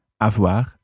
Avoir